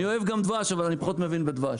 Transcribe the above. אני אוהב גם דבש, אבל אני פחות מבין בדבש.